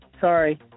Sorry